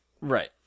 Right